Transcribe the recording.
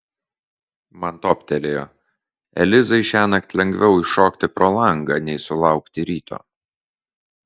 man toptelėjo elizai šiąnakt lengviau iššokti pro langą nei sulaukti ryto